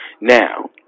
Now